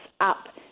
up